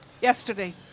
yesterday